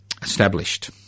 established